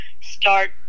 start